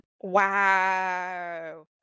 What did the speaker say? wow